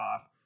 off